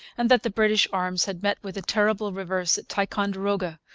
and that the british arms had met with a terrible reverse at ticonderoga,